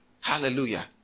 Hallelujah